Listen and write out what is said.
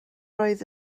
oedd